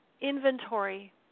inventory